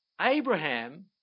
Abraham